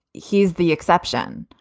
he's the exception.